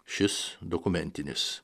šis dokumentinis